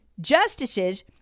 justices